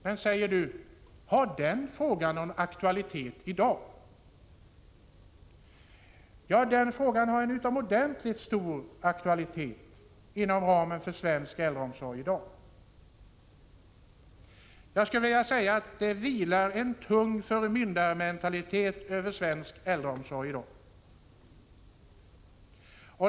Men, säger någon, har den frågan aktualitet i dag? Ja, frågan har en utomordentligt stor aktualitet inom ramen för svensk äldreomsorg i dag. Jag skulle vilja säga att det vilar en tung förmyndarmentalitet över äldreomsorgen i vårt land för närvarande.